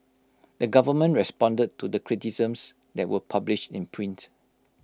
the government responded to the criticisms that were published in print